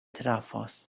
trafos